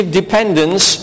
dependence